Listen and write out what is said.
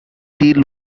deal